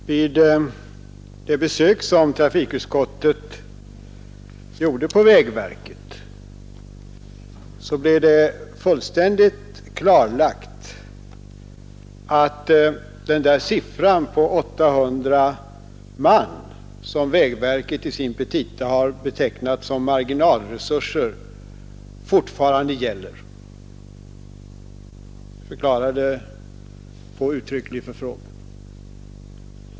Herr talman! Vid det besök som trafikutskottet gjorde på vägverket blev det fullständigt klarlagt att siffran på 800 man som vägverket i sina petita har betecknat som marginalresurser fortfarande gäller. Det förklarades på uttrycklig förfrågan.